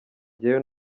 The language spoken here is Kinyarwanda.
njyewe